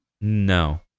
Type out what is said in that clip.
No